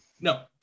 No